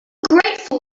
grateful